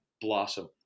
blossom